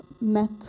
met